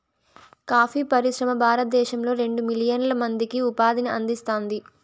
coffee పరిశ్రమ భారతదేశంలో రెండు మిలియన్ల మందికి ఉపాధిని అందిస్తాంది